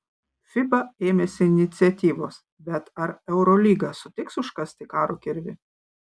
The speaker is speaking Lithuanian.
fiba ėmėsi iniciatyvos bet ar eurolyga sutiks užkasti karo kirvį